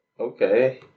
Okay